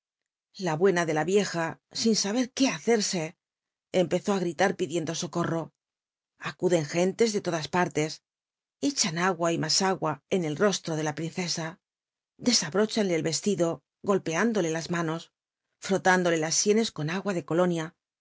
la buena de a i ja sin saber qué hacerse empezó ú gritar pidiendo socorro acuden gen les de todas parles echan agua r más agua en el rostro de la princc a tlcsabródlanlccl icstido golpéanlc las manos frótanl c las sienes con agua de colonia